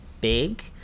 big